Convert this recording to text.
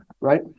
right